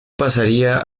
pasaría